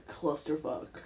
clusterfuck